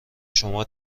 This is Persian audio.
شما